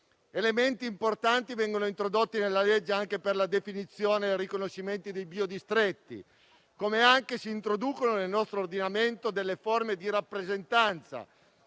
Elementi importanti vengono introdotti nella legge anche per la definizione e il riconoscimento dei biodistretti, come anche si introducono nel nostro ordinamento delle forme di rappresentanza